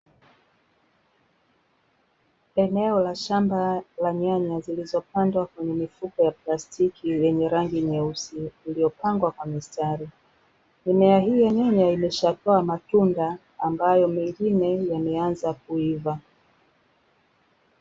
Eneo la shamba la nyanya zilizopandwa kwenye mifuko ya plastiki yenye rangi nyeusi iliyopangwa kwa mistari, mimea hii yenyewe imeshakuwa matunda ambayo mengine yameanza kuiva.